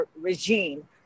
regime